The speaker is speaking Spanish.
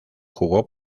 jugó